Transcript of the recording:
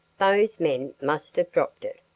those men must have dropped it.